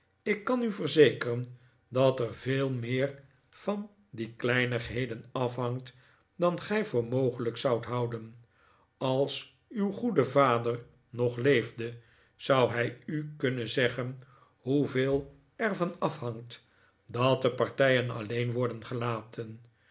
ik kan u verzekeren dat er veel meer van die kleinigheden afhangt dan gij voor mogelijk zoudt houden als uw goede vader nog leefde zou hij u kunnen zeggen hoeveel er van afhangt dat de partijen alleen worden gelaten